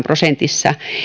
prosentissa